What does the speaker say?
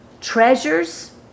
treasures